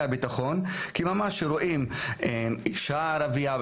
הביטחון כי ממש רואים אישה ערבייה,